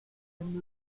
and